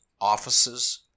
offices